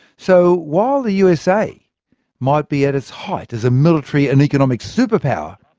so while the usa might be at its height as a military and economic super power,